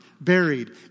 buried